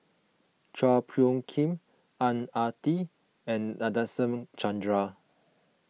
Chua Phung Kim Ang Ah Tee and Nadasen Chandra